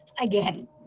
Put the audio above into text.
Again